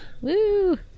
Woo